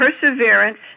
perseverance